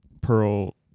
Pearl